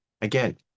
again